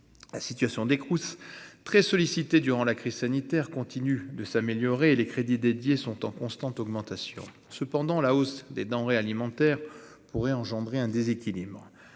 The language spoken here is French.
La situation des Crous, qui ont été très sollicités durant la crise sanitaire, continue de s'améliorer et les crédits qui leur sont alloués sont en constante augmentation. Cependant, la hausse des prix des denrées alimentaires pourrait engendrer un déséquilibre.